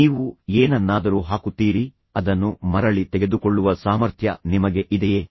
ನೀವು ಏನನ್ನಾದರೂ ಹಾಕುತ್ತೀರಿ ಅದನ್ನು ಮರಳಿ ತೆಗೆದುಕೊಳ್ಳುವ ಸಾಮರ್ಥ್ಯ ನಿಮಗೆ ಇದೆಯೇ